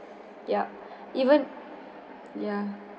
yup even ya